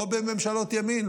לא בממשלות ימין,